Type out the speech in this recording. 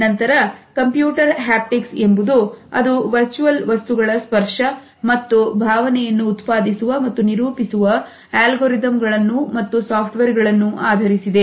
ನಂತರ computer optics ಎಂಬುದು ಅದು ವರ್ಚುವಲ್ ವಸ್ತುಗಳ ಸ್ಪರ್ಶ ಮತ್ತು ಭಾವನೆಯನ್ನು ಉತ್ಪಾದಿಸುವ ಮತ್ತು ನಿರೂಪಿಸುವ Algorithm ಗಳನ್ನು ಮತ್ತು software ಗಳನ್ನು ಆಧರಿಸಿದೆ